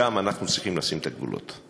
שם אנחנו צריכים לשים את הגבולות.